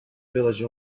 village